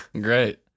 Great